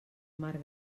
mar